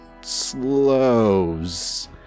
slows